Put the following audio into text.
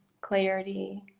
clarity